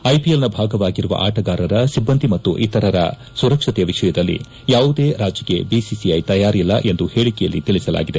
ಐಪಿಎಲ್ನ ಭಾಗವಾಗಿರುವ ಆಟಗಾರರ ಸಿಬ್ಬಂದಿ ಮತ್ತು ಇತರರ ಸುರಕ್ಷತೆಯ ವಿಷಯದಲ್ಲಿ ಯಾವುದೇ ರಾಜಿಗೆ ಬಿಸಿಸಿಐ ತಯಾರಿಲ್ಲ ಎಂದು ಹೇಳಿಕೆಯಲ್ಲಿ ತಿಳಿಸಲಾಗಿದೆ